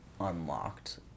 unlocked